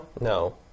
No